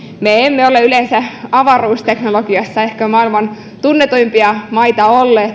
me emme ole yleensä avaruusteknologiassa tai kansallisilta panostuksiltamme ehkä maailman tunnetuimpia maita olleet